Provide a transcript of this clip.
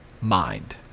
mind